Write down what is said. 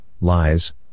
Lies